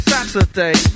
Saturday